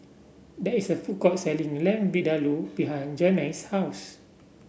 there is a food court selling Lamb Vindaloo behind Janay's house